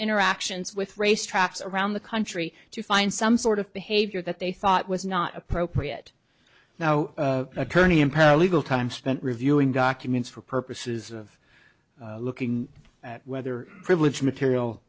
interactions with racetracks around the country to find some sort of behavior that they thought was not appropriate now attorney and paralegal time spent reviewing documents for purposes of looking at whether privilege material